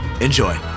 Enjoy